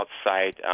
outside